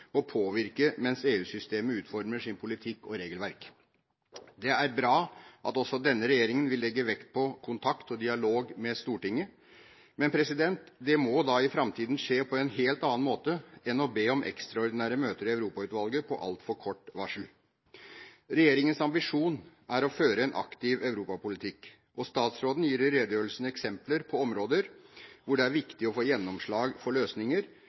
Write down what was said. og påvirke mens EU-systemet utformer sin politikk og sitt regelverk. Det er bra at også denne regjeringen vil legge vekt på kontakt og dialog med Stortinget, men det må i framtiden skje på en helt annen måte enn å be om ekstraordinære møter i Europautvalget på altfor kort varsel. Regjeringens ambisjon er å føre en aktiv europapolitikk, og statsråden gir i redegjørelsen eksempler på områder hvor det er viktig å få gjennomslag for løsninger